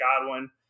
Godwin